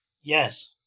Yes